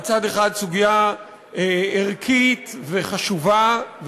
סוגיה ערכית וחשובה,